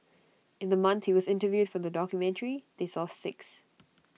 in the month he was interviewed for the documentary they saw six